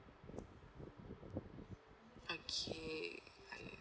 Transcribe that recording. okay alright